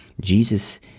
Jesus